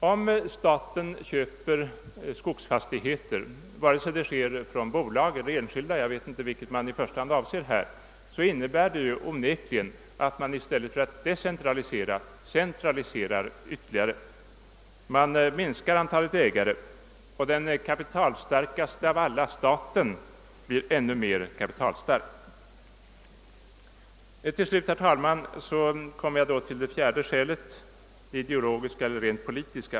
Om staten köper skogsfastigheter vare sig det blir från bolag eller från enskilda — jag vet inte vilketdera man i första hand avser — innebär det onekligen att man i stället för att decentralisera centraliserar ytterligare. Man minskar antalet ägare, och den kapitalstarkaste av alla, staten, blir ännu mer kapitalstark. Till slut, herr talman, kommer jag till det fjärde skälet — det ideologiska eller rent politiska.